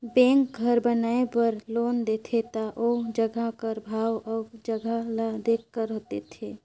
bank घर बनाए बर लोन देथे ता ओ जगहा कर भाव अउ जगहा ल देखकर देथे